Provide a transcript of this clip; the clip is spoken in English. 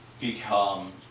become